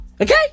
Okay